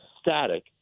static